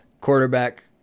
quarterback